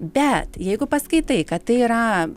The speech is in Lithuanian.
bet jeigu paskaitai kad tai yra